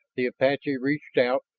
the apache reached out,